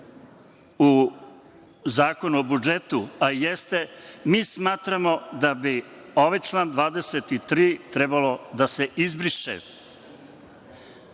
u Zakonu o budžetu, a jeste, mi smatramo da bi ovaj član 23. trebalo da se izbriše.